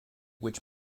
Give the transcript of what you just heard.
which